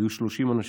היו 30 אנשים.